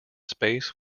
space